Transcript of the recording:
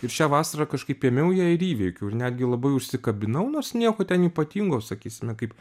ir šią vasarą kažkaip ėmiau ją ir įveikiau ir netgi labai užsikabinau nors nieko ten ypatingo sakysime kaip